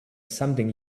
something